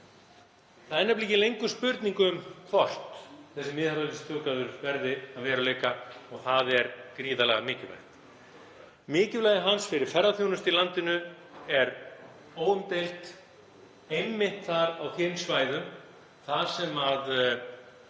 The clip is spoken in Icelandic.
Það er ekki lengur spurning um hvort þessir miðhálendisþjóðgarður verði að veruleika og það er gríðarlega mikilvægt. Mikilvægi hans fyrir ferðaþjónustu í landinu er óumdeilt, einmitt á þeim svæðum þar sem